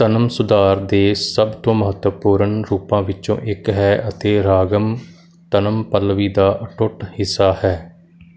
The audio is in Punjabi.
ਤਨਮ ਸੁਧਾਰ ਦੇ ਸਭ ਤੋਂ ਮਹੱਤਵਪੂਰਨ ਰੂਪਾਂ ਵਿੱਚੋਂ ਇੱਕ ਹੈ ਅਤੇ ਰਾਗਮ ਤਨਮ ਪੱਲਵੀ ਦਾ ਅਟੁੱਟ ਹਿੱਸਾ ਹੈ